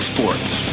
Sports